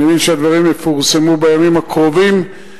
אני מבין שהדברים יפורסמו בימים הקרובים,